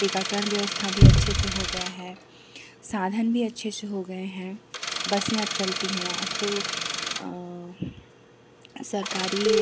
टीकाकरण व्यवस्था भी अच्छे से हो गई है साधन भी अच्छे से हो गए हैं बसें अब चलती हैं अब तो सरकारी